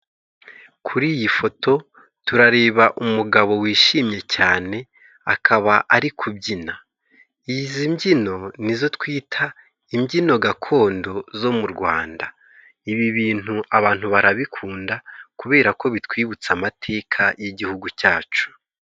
Kuri iyi foto turareba umugabo wishimye cyane akaba ari kubyina izi mbyino nizo twita imbyino gakondo zo mu Rwanda ibi bintu abantu barabikunda kubera ko bitwibutsa amateka y'igihugu cyacu.